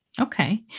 Okay